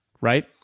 right